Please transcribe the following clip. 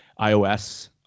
iOS